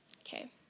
Okay